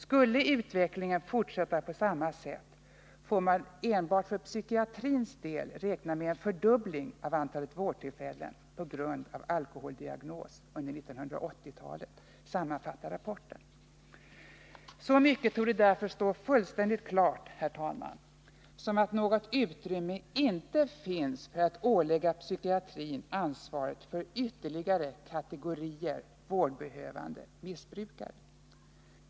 Skulle utvecklingen fortsätta på samma sätt får man enbart för psykiatrins del räkna med en fördubbling av antalet vårdtillfällen på grund av alkoholdiagnos under 1980-talet, sammanfattar rapporten. Så mycket torde därför, herr talman, stå fullständigt klart som att något utrymme inte finns för att ålägga psykiatrin ansvaret för ytterligare kategorier vårdbehövande missbrukare.